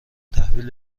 تحویل